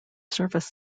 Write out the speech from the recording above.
service